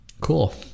cool